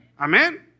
amen